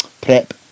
prep